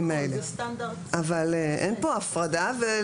אין פה הפרדה.